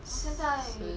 十